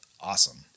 awesome